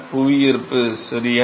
புவியீர்ப்பு சரியா